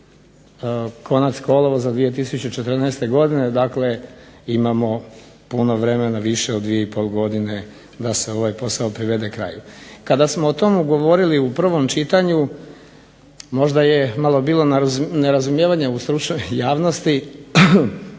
konac kolovoza 2014. godine, dakle imamo puno vremena, više od 2 i pol godine da se ovaj posao privede kraju. Kada smo o tomu govorili u prvom čitanju možda je malo bilo nerazumijevanja u stručnoj javnosti